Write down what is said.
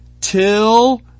till